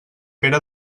pere